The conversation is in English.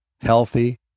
healthy